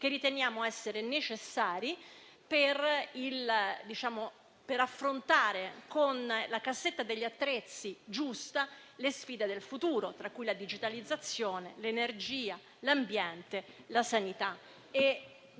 che riteniamo necessari per affrontare - con la giusta cassetta degli attrezzi - le sfide del futuro, tra cui la digitalizzazione, l'energia, l'ambiente e la sanità.